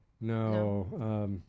No